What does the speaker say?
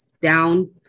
down